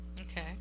okay